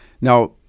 Now